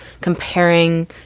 comparing